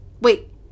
wait